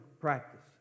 practice